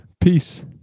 Peace